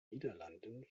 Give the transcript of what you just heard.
niederlanden